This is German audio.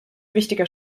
wichtiger